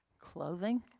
Clothing